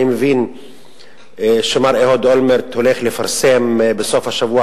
אני מבין שמר אהוד אולמרט הולך לפרסם בסוף השבוע,